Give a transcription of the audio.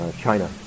China